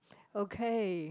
okay